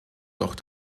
doch